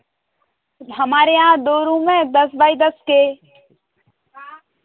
हमारे यहाँ दो रूम है दस बाइ दस के